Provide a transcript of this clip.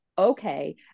okay